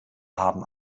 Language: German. haben